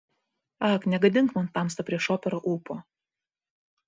ak negadink man tamsta prieš operą ūpo